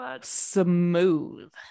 smooth